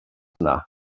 yna